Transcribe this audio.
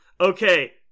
Okay